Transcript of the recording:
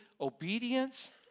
obedience